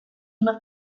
una